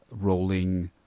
rolling